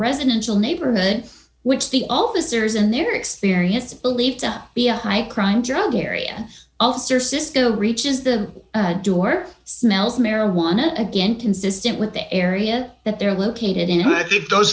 residential neighborhood which the officers in their experience believe to be a high crime drug area ulcer cisco reaches the door smells marijuana again consistent with the area that th